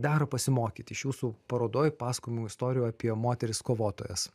dera pasimokyt iš jūsų parodoj pasakojamų istorijų apie moteris kovotojas